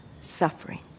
suffering